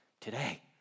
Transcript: today